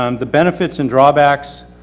um the benefits and drawbacks,